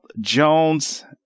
Jones